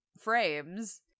frames